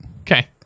Okay